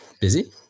Busy